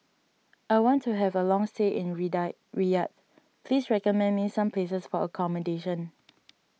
I want to have a long stay in Riyadh please recommend me some places for accommodation